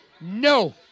No